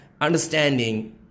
understanding